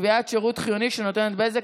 (קביעת שירות חיוני שנותנת "בזק",